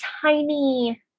tiny